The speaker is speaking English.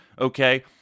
okay